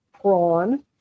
prawn